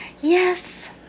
Yes